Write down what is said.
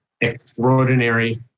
extraordinary